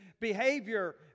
behavior